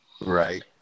Right